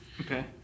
Okay